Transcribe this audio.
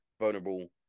vulnerable